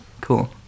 Cool